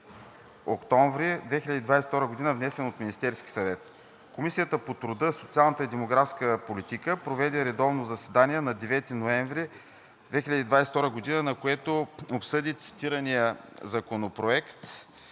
октомври 2022 г., внесен от Министерския съвет Комисията по труда, социалната и демографската политика проведе редовно заседание на 9 ноември 2022 г., на което обсъди цитирания Законопроект.